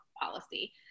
policy